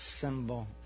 symbol